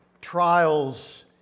trials